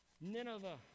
Nineveh